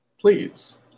please